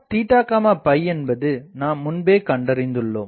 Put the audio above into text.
Piஎன்பது நாம் முன்பே கண்டறிந்துள்ளோம்